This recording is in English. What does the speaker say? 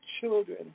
children